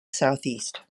southeast